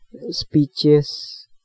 speeches